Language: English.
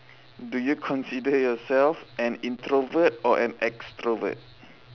do you consider yourself an introvert or an extrovert